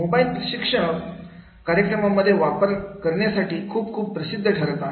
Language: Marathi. मोबाईल प्रशिक्षण कार्यक्रमांमध्ये वापर करण्यासाठी खूप खूप प्रसिद्ध ठरत आहे